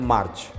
March